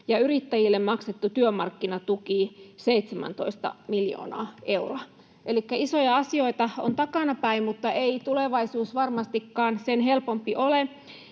ja yrittäjille maksettu työmarkkinatuki, 17 miljoonaa euroa. Elikkä isoja asioita on takanapäin, mutta ei tulevaisuus varmastikaan sen helpompi ole: